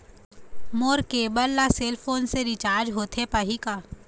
मोर cable ला cell phone से recharge होथे पाही का?